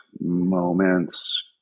moments